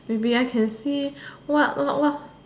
maybe I can see what what what